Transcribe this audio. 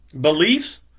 beliefs